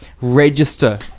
register